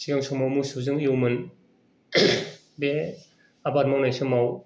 सिगां समाव मोसौजों एवोमोन बे आबाद मावनाय समाव